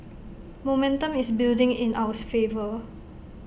momentum is building in ours favour